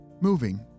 moving